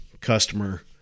customer